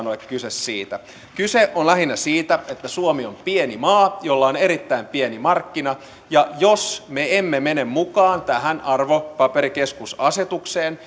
ole kyse siitä kyse on lähinnä siitä että suomi on pieni maa jolla on erittäin pieni markkina jos me emme mene mukaan tähän arvopaperikeskusasetukseen